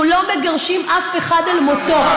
אנחנו לא מגרשים אף אחד אל מותו.